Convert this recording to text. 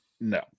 No